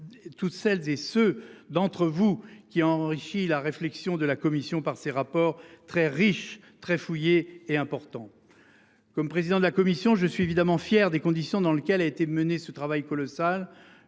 toutes celles et ceux d'entre vous qui a enrichi la réflexion de la Commission par ses rapports très riche, très fouillée et important. Comme président de la commission. Je suis évidemment fier des conditions dans lesquelles a été menée ce travail colossal.